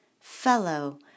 fellow